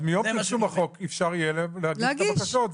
אז מיום פרסום החוק אפשר יהיה להגיש את הבקשות,